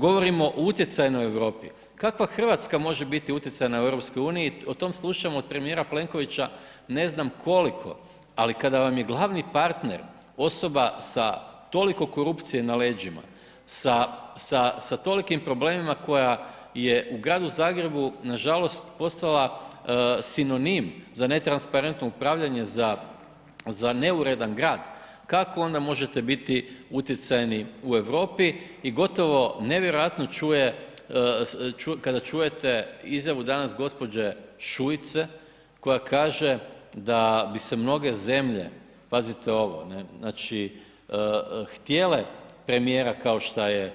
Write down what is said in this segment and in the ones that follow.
Govorimo o utjecajnom Europi, kakva RH može biti utjecajna u EU, o tom slušam od premijera Plenkovića ne znam koliko, ali kada vam je glavni partner osoba sa toliko korupcije na leđima, sa, sa, sa tolikim problemima koja je u Gradu Zagrebu nažalost postala sinonim za netransparentno upravljanje, za, za neuredan grad, kako onda možete biti utjecajni u Europi i gotovo nevjerojatno čuje, kada čujete izjavu danas gđe. Šuice koja kaže da bi se mnoge zemlje, pazite ovo ne, znači htjele premijera kao šta je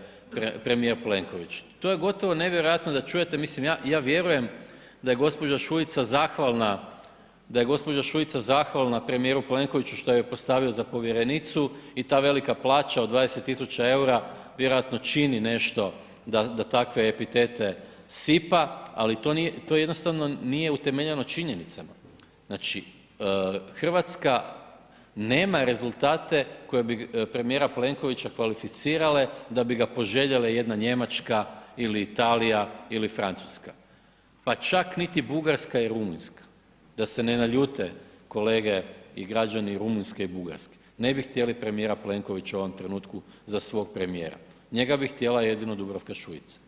premijer Plenković, to je gotovo nevjerojatno da čujete, mislim ja, ja vjerujem da je gđa. Šuica zahvalna, da je gđa. Šuica zahvalna premijeru Plenkoviću što ju je postavio za povjerenicu i ta velika plaća od 20.000,00 EUR-a vjerojatno čini nešto da takve epitete sipa, ali to nije, to jednostavno nije utemeljeno činjenicama, znači RH nema rezultate koje bi premijera Plenkovića kvalificirale, da bi ga poželjele jedna Njemačka ili Italija ili Francuska, pa čak niti Bugarska i Rumunjska, da se ne naljute kolege i građani Rumunjske i Bugarske, ne bi htjeli premijera Plenkovića u ovom trenutku za svog premijera, njega bi htjela jedino Dubravka Šuica.